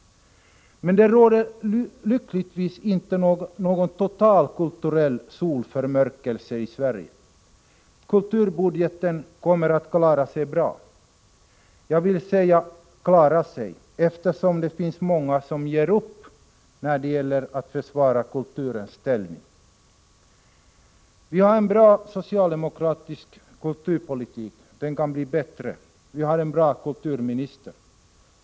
Men det råder lyckligtvis inte någon total kulturell solförmörkelse i Sverige. Kulturbudgeten kommer att klara sig bra. Jag säger ”klara sig”, eftersom det finns många som ger upp när det gäller att försvara kulturens ställning. Vi har en bra socialdemokratisk kulturpolitik; den kan bli bättre. Vi har en bra kulturminister.